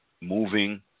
moving